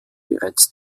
bereits